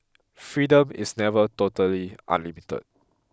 freedom is never totally unlimited